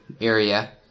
area